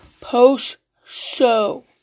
post-show